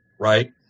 right